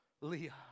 Leah